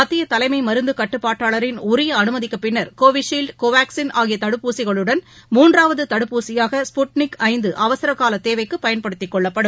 மத்திய தலைமை மருந்து கட்டுப்பாட்டாளரின் உரிய அனுமதிக்கு பின்னர் கோவிஷீல்டு கோவாக்ஸின் ஆகிய தடுப்பூசிகளுடன் மூன்றாவது தடுப்பூசியாக ஸ்புட்னிக் ஐந்து அவசர கால தேவைக்கு பயன்படுத்திக் கொள்ளப்படும்